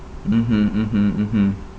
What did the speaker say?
mmhmm mmhmm mmhmm